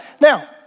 now